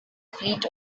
fleet